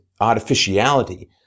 artificiality